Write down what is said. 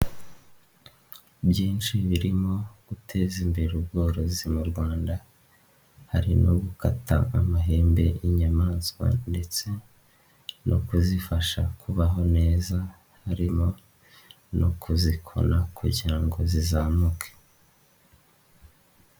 Byinshi birimo guteza imbere ubworozi mu Rwanda, hari no gukata amahembe y'inyamaswa ndetse no kuzifasha kubaho neza, harimo no kuzikona kugira ngo zizamuke.